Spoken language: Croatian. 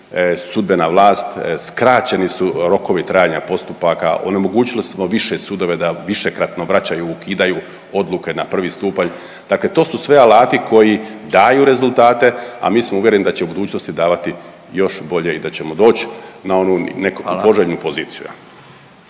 sudbena vlast, skraćeni su rokovi trajanja postupaka, onemogućili smo više sudove da višekratno vraćaju, ukidaju odluke na prvi stupanj. Dakle, to su sve alati koji daju rezultate, a mi smo uvjereni da će u budućnosti davati još bolje i da ćemo doći na onu neku poželjnu poziciju.